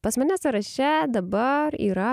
pas mane sąraše dabar